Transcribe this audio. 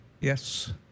Yes